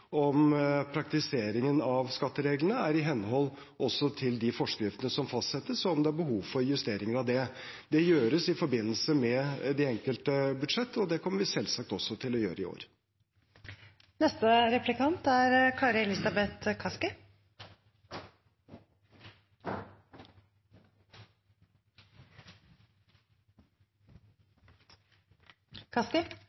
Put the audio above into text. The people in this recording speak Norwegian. om praktiseringen av skattereglene er i henhold til de forskriftene som fastsettes, og om det er behov for justeringer av det. Det gjøres i forbindelse med de enkelte budsjett, og det kommer vi selvsagt også til å gjøre i